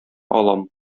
алам